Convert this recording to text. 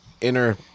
inner